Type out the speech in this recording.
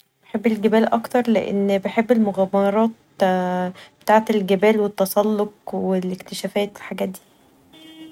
بحب الجبال اكتر لان بحب المغامرات بتاعت الجبال و التسلق و الاكتشافات و الحاجات دي